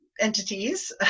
entities